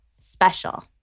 special